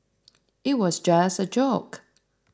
it was just a joke